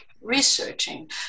researching